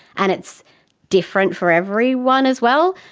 and it's different for everyone as well.